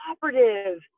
cooperative